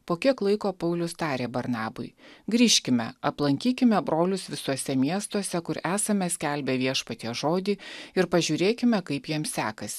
po kiek laiko paulius tarė barnabui grįžkime aplankykime brolius visuose miestuose kur esame skelbę viešpaties žodį ir pažiūrėkime kaip jiems sekas